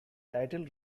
title